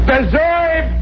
Deserve